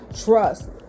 trust